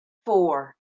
four